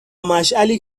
مشعلی